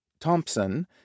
Thompson